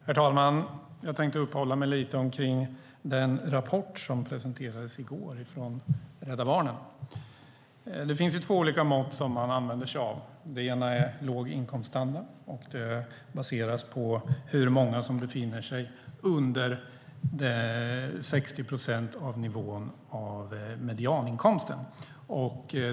Herr talman! Jag tänkte uppehålla mig lite vid den rapport som presenterades i går från Rädda Barnen. Man använder sig av två mått. Det ena är låg inkomststandard. Det baserar sig på hur många som befinner sig under 60 procent av nivån för medianinkomsten.